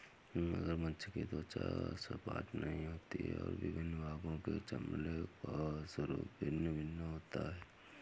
मगरमच्छ की त्वचा सपाट नहीं होती और विभिन्न भागों के चमड़े का स्वरूप भिन्न भिन्न होता है